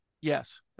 yes